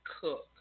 cook